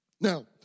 Now